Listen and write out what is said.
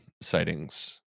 sightings